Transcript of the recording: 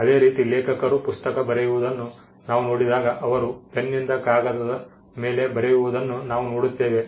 ಅದೇ ರೀತಿ ಲೇಖಕರು ಪುಸ್ತಕ ಬರೆಯುವುದನ್ನು ನಾವು ನೋಡಿದಾಗ ಅವರು ಪೆನ್ನಿಂದ ಕಾಗದದ ಮೇಲೆ ಬರೆಯುವುದನ್ನು ನಾವು ನೋಡುತ್ತೇವೆ